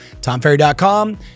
TomFerry.com